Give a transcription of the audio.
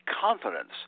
confidence